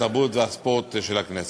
התרבות והספורט של הכנסת.